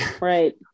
Right